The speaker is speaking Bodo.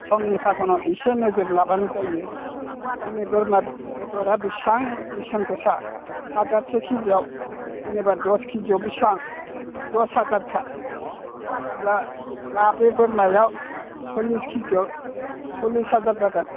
समनि फाखनाव एसे नोजोर लाब्लानो जायो दिनै बोरमा बेदरा बेसां बेसेन गोसा हाजारसे केजियाव जेनेबा दस केजियाव बेसां दस हाजारखा होमब्ला माब्रै बोरमायाव सल्लिस किजियाव सल्लिस हाजार जागोन